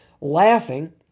laughing